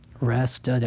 rest